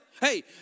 Hey